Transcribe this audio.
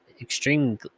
extreme